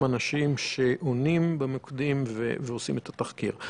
אנשים שעונים במוקדים ועושים את התחקיר.